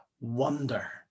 wonder